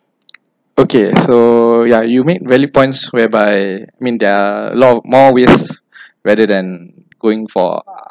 okay so ya you make valid points whereby mean there are lot of more ways rather than going for